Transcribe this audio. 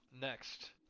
next